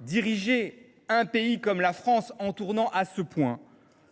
diriger un pays comme la France en tournant à ce point